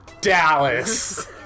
Dallas